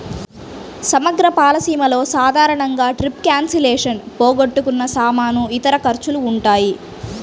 సమగ్ర పాలసీలలో సాధారణంగా ట్రిప్ క్యాన్సిలేషన్, పోగొట్టుకున్న సామాను, ఇతర ఖర్చులు ఉంటాయి